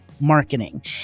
marketing